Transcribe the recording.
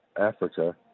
Africa